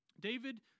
David